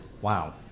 Wow